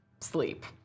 sleep